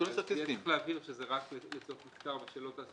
צריך להבהיר שזה רק לצורך מחקר.